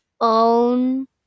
own